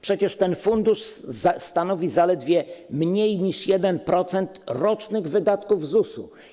Przecież ten fundusz stanowi mniej niż 1% rocznych wydatków ZUS.